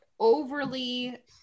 overly